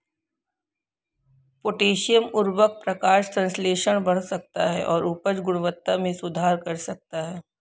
potassium उवर्रक प्रकाश संश्लेषण बढ़ा सकता है और उपज गुणवत्ता में सुधार कर सकता है